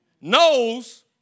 knows